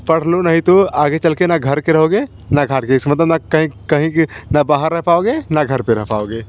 पढ़ लो नहीं तो आगे चल कर न घर के रहोगे न घाट के इसका मतलब न कहीं कहीं के न बाहर रह पाओगे न घर पर रह पाओगे